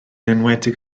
enwedig